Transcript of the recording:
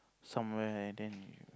somewhere then you